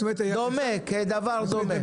זה דבר דומה.